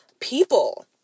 people